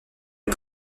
les